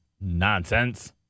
nonsense